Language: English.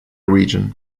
region